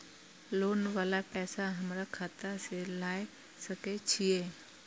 Loan वाला पैसा हमरा खाता से लाय सके छीये?